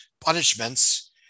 punishments